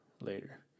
later